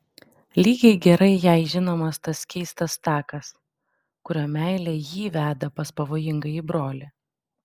lygiai gerai jai žinomas tas keistas takas kuriuo meilė jį veda pas pavojingąjį brolį